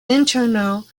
internal